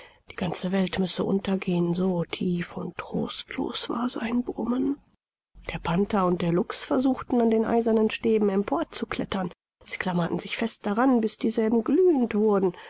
die ganze welt müsse untergehen so tief und trostlos war sein brummen der panther und der luchs versuchten an den eisernen stäben empor zu klettern sie klammerten sich fest daran bis dieselben glühend wurden